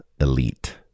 elite